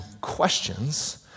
questions